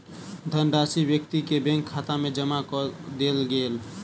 धनराशि व्यक्ति के बैंक खाता में जमा कअ देल गेल